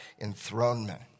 enthronement